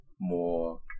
more